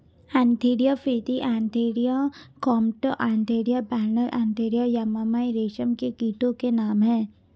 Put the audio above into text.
Antheraea frithi Antheraea compta Antheraea pernyi Antheraea yamamai रेशम के कीटो के नाम हैं